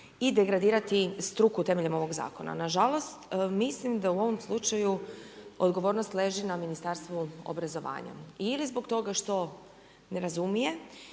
i degradirati struku temeljem ovog zakona. Nažalost, mislim da u ovom slučaju odgovornost leži na Ministarstvu obrazovanja. Ili zbog toga što ne razumije